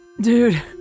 Dude